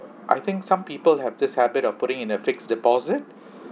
I think some people have this habit of putting in a fixed deposit